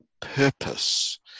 purpose